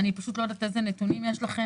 אני פשוט לא יודעת אילו נתונים יש לכם.